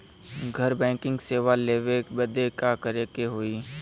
घर बैकिंग सेवा लेवे बदे का करे के होई?